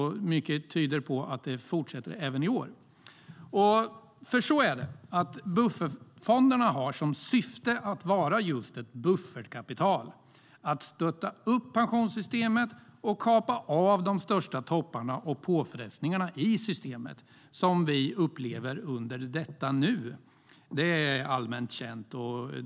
Mycket tyder alltså på att det fortsätter även i år. Buffertfonderna har som syfte att vara just ett buffertkapital, att stötta upp pensionssystemet och kapa av de största topparna och påfrestningarna i systemet som vi upplever i detta nu. Det är allmänt känt.